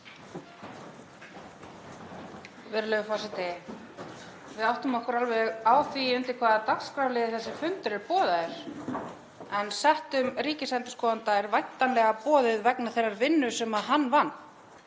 Við áttum okkur alveg á því undir hvaða dagskrárlið þessi fundur eru boðaður, en settum ríkisendurskoðanda er væntanlega boðið vegna þeirrar vinnu sem hann vann.